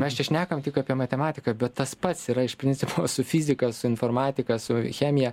mes čia šnekam tik apie matematiką bet tas pats yra iš principo su fizika su informatika su chemija